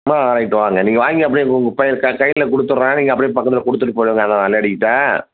ம்மா ரைட்டு வாங்க நீங்கள் வாங்கி அப்படியே உங்கள் பை க கையில் கொடுத்துடுறேன் நீங்கள் அப்படியே பக்கத்தில் கொடுத்துட்டு போயிவிடுங்க அந்த லேடிக்கிட்ட